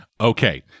Okay